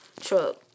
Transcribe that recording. truck